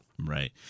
Right